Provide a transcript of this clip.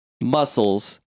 muscles